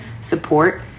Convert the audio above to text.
support